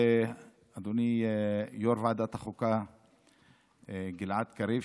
אדוני יו"ר ועדת החוקה גלעד קריב,